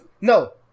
no